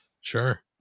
sure